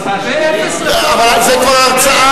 מס הכנסה שלילי, אבל זאת כבר הרצאה.